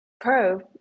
pro